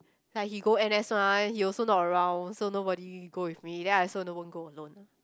like he go N_S mah he also not around so nobody go with me then I also no won't go alone